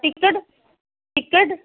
ticket ticket